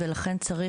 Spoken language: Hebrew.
חוף מעיין צבי,